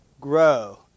grow